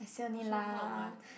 say only lah